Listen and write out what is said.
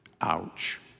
Ouch